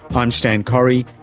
i'm stan correy.